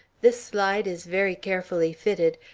this slide is very carefully fitted,